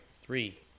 Three